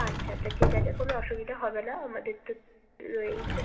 আচ্ছা আচ্ছা ঠিক আছে কোনো অসুবিধা হবে না আমাদের তো রয়েইছে